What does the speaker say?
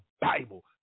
Bible